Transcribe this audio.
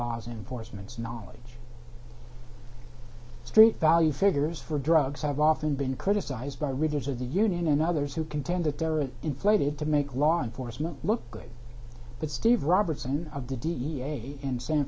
law enforcement's knowledge street value figures for drugs have often been criticized by readers of the union and others who contend that there are inflated to make law enforcement look good but steve robertson of the d d a in san